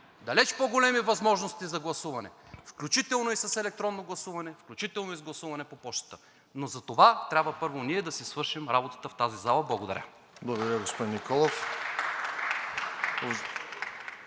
далеч по-големи възможности за гласуване, включително и с електронно гласуване, включително и с гласуване по пощата, но затова трябва първо ние да си свършим работата в тази зала. Благодаря. (Ръкопляскания от